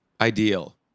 ideal